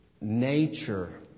nature